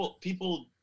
people